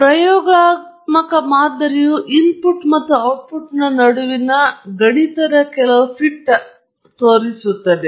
ಪ್ರಯೋಗಾತ್ಮಕ ಮಾದರಿಯು ಇನ್ಪುಟ್ ಮತ್ತು ಔಟ್ಪುಟ್ನ ನಡುವೆ ಕೆಲವು ಗಣಿತದ ಫಿಟ್ ಆಗಿರುತ್ತದೆ